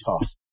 tough